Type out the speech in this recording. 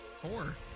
four